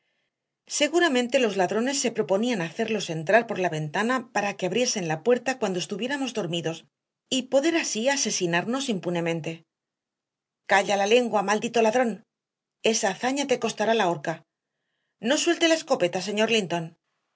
seguramente los ladrones se proponían hacerlos entrar por la ventana para que abriesen la puerta cuando estuviéramos dormidos y poder así asesinarnos impunemente calla la lengua maldito ladrón esa hazaña te costará la horca no suelte la escopeta señor linton